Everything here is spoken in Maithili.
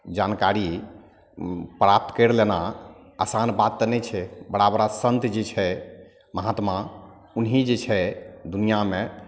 जानकारी प्राप्त कैरि लेनाइ आसान बात तऽ नहि छै बड़ा बड़ा सन्त जी छै महात्मा उन्ही जे छै दुनियाँमे